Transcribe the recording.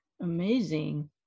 amazing